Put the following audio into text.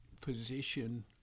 position